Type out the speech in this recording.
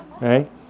right